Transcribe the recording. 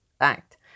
act